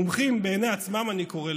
מומחים בעיני עצמם, כך אני קורא להם,